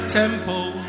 temple